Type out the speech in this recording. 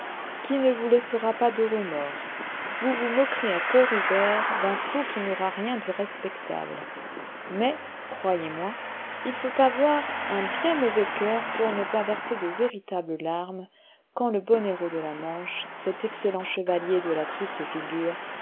qui ne vous laissera pas de remords vous vous moquerez à coeur ouvert d'un fou qui n'aura rien de respectable mais croyez-moi il faut avoir un bien mauvais coeur pour ne pas verser de véritables larmes quand le bon héros de la manche cet excellent chevalier de la triste figure